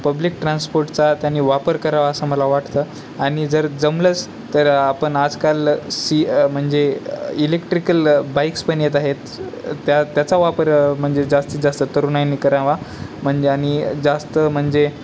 public ट्रान्सपोर्टचा त्यांनी वापर करावा असं मला वाटतं आणि जर जमलंच तर आपण आजकाल सी म्हणजे इलेक्ट्रिकल बाईक्स पण येत आहेत त्या त्याचा वापर म्हणजे जास्तीत जास्त तरुणाईने करावा म्हणजे आणि जास्त म्हणजे